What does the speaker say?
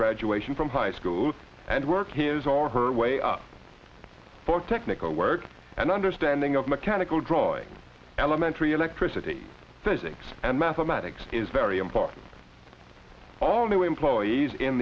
graduation from high school and work here is all her way up for technical work and understanding of mechanical drawing elementary electricity physics and mathematics is very important all new employees in